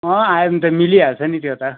आयो भने त मिलिहाल्छ नि त्यो त